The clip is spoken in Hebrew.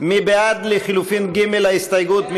מי בעד לחלופין ג', ההסתייגות?